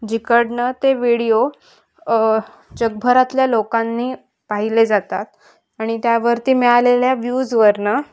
जिकडून ते व्हिडिओ जगभरातल्या लोकांनी पाहिले जातात आणि त्यावरती मिळालेल्या व्यूजवरून